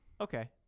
Okay